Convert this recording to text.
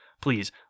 Please